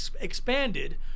expanded